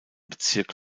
bezirk